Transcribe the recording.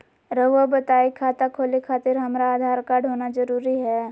रउआ बताई खाता खोले खातिर हमरा आधार कार्ड होना जरूरी है?